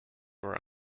were